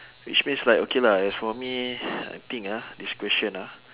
which means like okay lah as for me I think ah this question ah